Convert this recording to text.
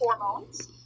hormones